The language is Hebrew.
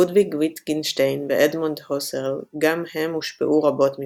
לודוויג ויטגנשטיין ואדמונד הוסרל גם הם הושפעו רבות מפרגה.